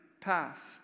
path